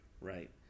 Right